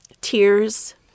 Tears